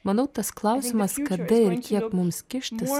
manau tas klausimas kada ir kiek mums kištis